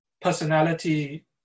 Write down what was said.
personality